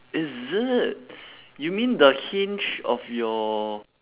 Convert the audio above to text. is it you mean the hinge of your